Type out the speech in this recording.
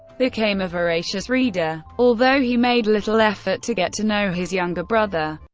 became a voracious reader. although he made little effort to get to know his younger brother